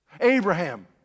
Abraham